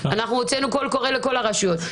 הוצאנו קול קורא לכל הרשויות.